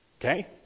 Okay